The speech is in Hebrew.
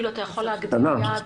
אתה יכול להגדיר יעד?